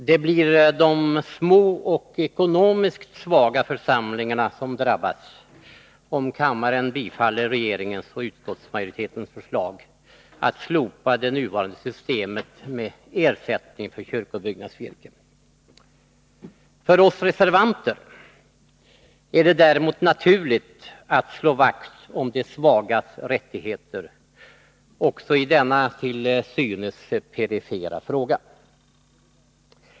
Herr talman! Det blir de små och ekonomiskt svaga församlingarna som drabbas, om kammaren bifaller regeringens och utskottsmajoritetens förslag att slopa det nuvarande systemet med ersättning för kyrkobyggnadsvirke. För oss reservanter är det däremot naturligt att slå vakt om de svagas rättigheter också i denna till synes perifera fråga.